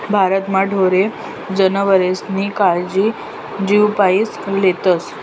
भारतमा ढोरे जनावरेस्नी कायजी जीवपाईन लेतस